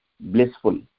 blissful